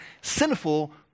sinful